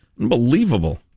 Unbelievable